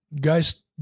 guys